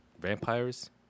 vampires